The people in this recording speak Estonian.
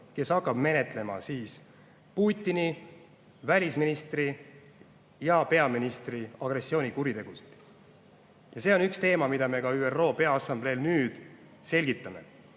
kes hakkab menetlema Putini, välisministri ja peaministri agressioonikuritegusid. See on üks teema, mida me ka peaassambleel nüüd selgitame.